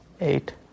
eight